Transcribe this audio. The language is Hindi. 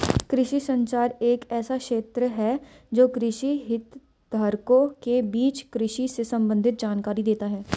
कृषि संचार एक ऐसा क्षेत्र है जो कृषि हितधारकों के बीच कृषि से संबंधित जानकारी देता है